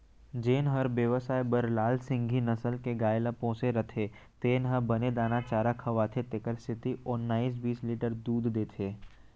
जेन हर बेवसाय बर लाल सिंघी नसल के गाय ल पोसे रथे तेन ह बने दाना चारा खवाथे तेकर सेती ओन्नाइस बीस लीटर दूद देथे